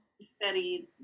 studied